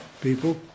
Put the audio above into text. people